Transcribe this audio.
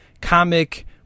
comic